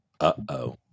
Uh-oh